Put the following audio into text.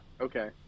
Okay